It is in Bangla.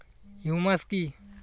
হিউমাস কি?